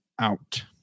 out